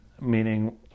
meaning